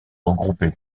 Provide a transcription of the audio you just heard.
regrouper